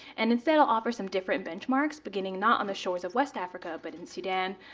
and instead, i'll offer some different benchmarks beginning not on the shores of west africa, but in sudan.